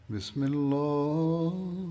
Bismillah